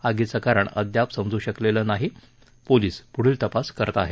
आगीचं कारण अद्याप समजू शकलेलं नसून पोलीस पुढील तपास करत आहेत